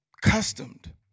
customed